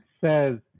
says